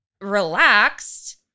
relaxed